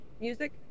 music